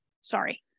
Sorry